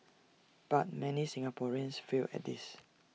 but many Singaporeans fail at this